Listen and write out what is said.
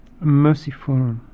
merciful